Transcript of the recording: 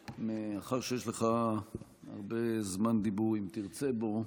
מאחר שיש לך זמן דיבור אם תרצה בו,